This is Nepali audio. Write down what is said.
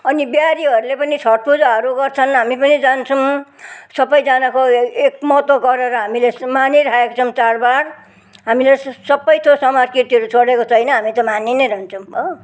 अनि बिहारीहरूले पनि छट पूजाहरू गर्छन् हामी पनि जान्छौँ सबजनाको एक महत्त्व गरेर हामीले यस्तो मानिरहेको छौँ चाडबाड हामीले सबै त्यो संस्कृतिहरू छोडेको छैन हामी त मानी नै रहन्छौँ हो